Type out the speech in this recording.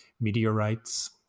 meteorites